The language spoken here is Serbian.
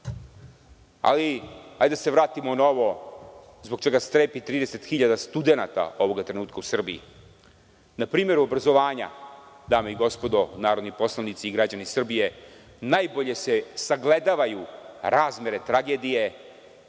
ali hajde da se vratimo na ovo zbog čega strepi 30 hiljada studenata ovog trenutka u Srbiji. Na primeru obrazovanja, dame i gospodo narodni poslanici i građani Srbije, najbolje se sagledavaju razmere tragedije